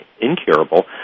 incurable